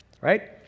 Right